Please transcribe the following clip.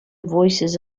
voices